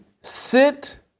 sit